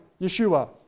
Yeshua